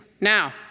now